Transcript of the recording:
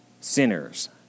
sinners